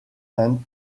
and